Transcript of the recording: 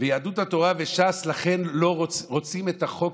ולכן יהדות התורה וש"ס רוצים את החוק